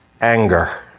anger